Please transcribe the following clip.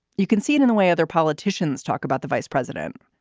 you can see it in the way other politicians talk about the vice president,